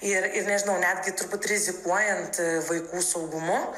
ir ir nežinau netgi turbūt rizikuojant vaikų saugumu